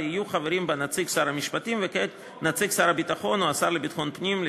ויהיו חברים בה נציג שר המשפטים ונציג שר הביטחון או השר לביטחון הפנים,